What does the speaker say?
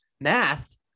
Math